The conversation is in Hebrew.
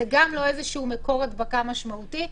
זה גם לא איזשהו מקור הדבקה משמעותי.